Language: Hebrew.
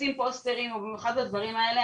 עושים פוסטרים ובמיוחד בדברים האלה,